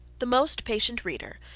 the most patient reader,